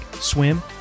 swim